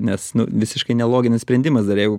nes nu visiškai neloginis sprendimas dar jeigu